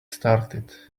started